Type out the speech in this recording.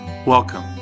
Welcome